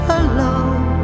alone